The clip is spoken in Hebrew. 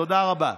תודה רבה.